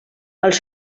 els